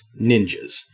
ninjas